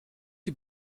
die